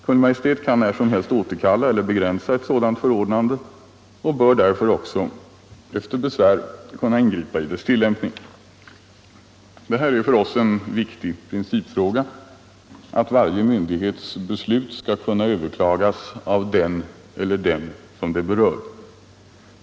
Kungl. Maj:t kan när som helst återkalla eller begränsa ett sådant förordnande och bör därför också,.efter besvär, kunna ingripa i dess tilllämpning. Det är för oss en viktig principfråga att varje myndighets beslut skall kunna överklagas av den eller dem det berör.